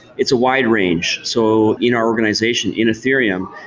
it's a wide range so in our organization, in ethereum,